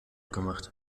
gemacht